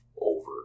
over